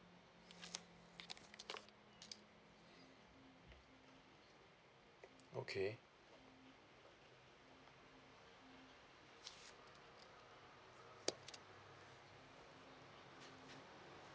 okay